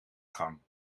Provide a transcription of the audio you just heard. gang